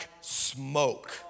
smoke